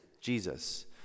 Jesus